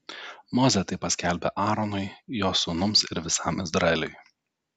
mozė tai paskelbė aaronui jo sūnums ir visam izraeliui